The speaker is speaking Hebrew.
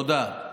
תודה.